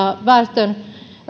väestön